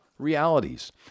Realities